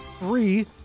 three